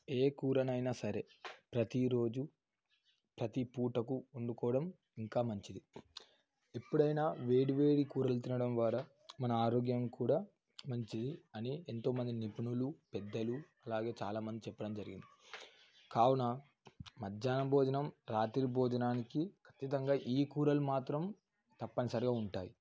ఏ కూర అయినా సరే ప్రతిరోజు ప్రతిపూటకు వండుకోవడం ఇంకా మంచిది ఎప్పుడైనా వేడి వేడి కూరలు తినడం ద్వారా మన ఆరోగ్యం కూడా మంచిది అని ఎంతో మంది నిపుణులు పెద్దలు అలాగే చాలామంది చెప్పడం జరిగింది కావున మధ్యాహ్న భోజనం రాత్రి భోజనానికి ఖచ్చితంగా ఈ కూరలు మాత్రం తప్పనిసరిగా ఉంటాయి